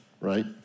right